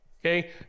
Okay